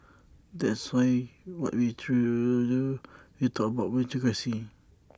that's why what we try to do when we talked about meritocracy